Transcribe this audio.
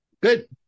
good